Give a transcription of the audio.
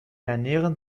ernähren